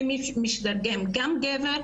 ומי שמתרגם הוא גם גבר.